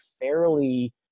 fairly –